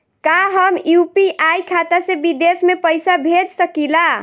का हम यू.पी.आई खाता से विदेश में पइसा भेज सकिला?